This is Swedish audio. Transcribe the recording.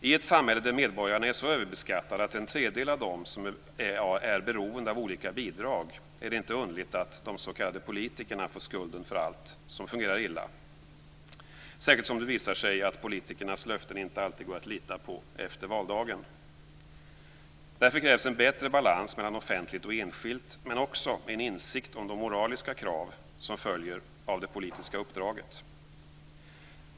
I ett samhälle där medborgarna är så överbeskattade att en tredjedel av dem är beroende av olika bidrag är det inte underligt att de s.k. politikerna får skulden för allt som fungerar illa, särskilt som det visar sig att politikernas löften inte alltid går att lita på efter valdagen. Därför krävs en bättre balans mellan offentligt och enskilt, men också en insikt om de moraliska krav som följer av det politiska uppdraget.